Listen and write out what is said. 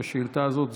ושל סרטן המעי הגס